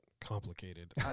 complicated